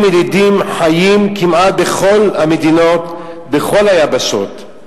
עמים ילידיים חיים כמעט בכל המדינות, בכל היבשות,